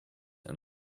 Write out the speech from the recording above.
and